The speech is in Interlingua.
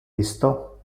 isto